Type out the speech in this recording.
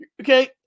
okay